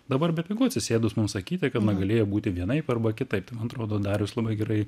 dabar bepigu atsisėdus mum sakyti kad na galėjo būti vienaip arba kitaip tai man atrodo darius labai gerai